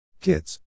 Kids